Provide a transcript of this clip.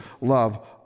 love